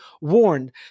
warned